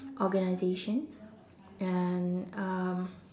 organisations and um